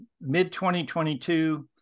Mid-2022